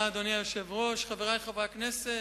אדוני היושב-ראש, תודה, חברי חברי הכנסת,